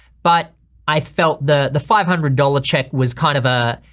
but i felt the the five hundred dollars check was kind of ah